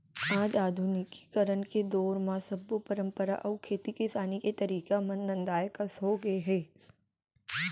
आज आधुनिकीकरन के दौर म सब्बो परंपरा अउ खेती किसानी के तरीका मन नंदाए कस हो गए हे